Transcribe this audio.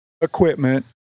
equipment